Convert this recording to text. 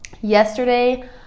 Yesterday